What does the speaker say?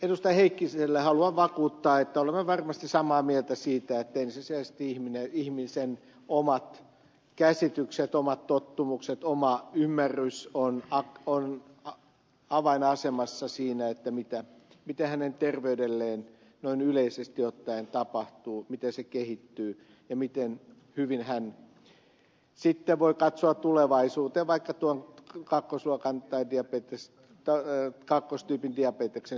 heikkiselle haluan vakuuttaa että olemme varmasti samaa mieltä siitä että ensisijaisesti ihmisen omat käsitykset omat tottumukset oma ymmärrys on avainasemassa siinä mitä hänen terveydelleen noin yleisesti ottaen tapahtuu miten se kehittyy ja miten hyvin hän sitten voi katsoa tulevaisuuteen vaikka tuon kakkosluokan tai diabetes tai löi kakkostyypin diabeteksen suhteen